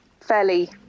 fairly